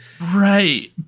Right